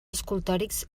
escultòrics